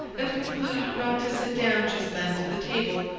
and conclude not to sit down just then to the table,